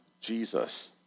Jesus